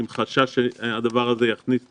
עם חשש שהדבר הזה יכניס תחלואה.